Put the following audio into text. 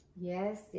Yes